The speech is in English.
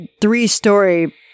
three-story